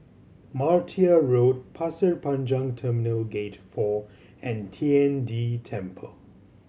Martia Road Pasir Panjang Terminal Gate Four and Tian De Temple